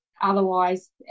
otherwise